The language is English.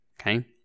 okay